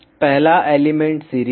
पहला element series है